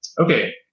Okay